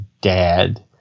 dad